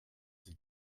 sie